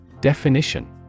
Definition